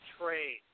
trade